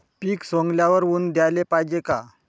पीक सवंगल्यावर ऊन द्याले पायजे का?